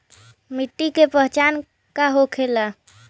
मिट्टी के पहचान का होखे ला?